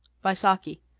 by saki